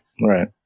Right